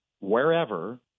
wherever